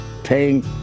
paying